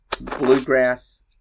bluegrass